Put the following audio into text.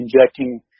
injecting